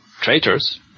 traitors